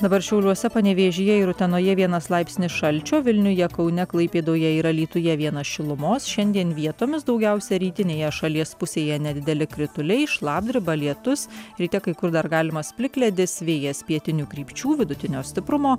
dabar šiauliuose panevėžyje ir utenoje vienas laipsnis šalčio vilniuje kaune klaipėdoje ir alytuje vienas šilumos šiandien vietomis daugiausia rytinėje šalies pusėje nedideli krituliai šlapdriba lietus ryte kai kur dar galimas plikledis vėjas pietinių krypčių vidutinio stiprumo